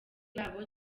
babo